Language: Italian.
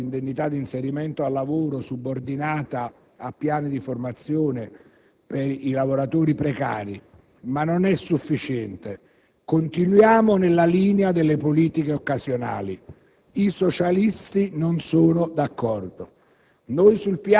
l'indennità di inserimento al lavoro subordinata a piani di formazione per i lavoratori precari; ma ciò non è sufficiente, poiché continuiamo nella linea delle politiche occasionali. I Socialisti non sono d'accordo.